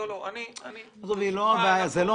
זה לא